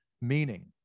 meaning